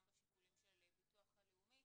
גם בשיקולים של ביטוח לאומי.